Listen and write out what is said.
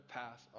pass